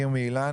איל"ן,